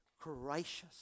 gracious